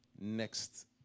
next